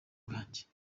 bwanjye